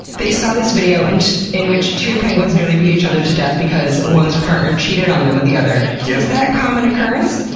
they saw this video and in which two penguins nearly beat each other to death because one's partner cheated on them with the other. yeah is that a common occurrence?